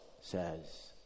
says